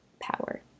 power